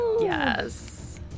Yes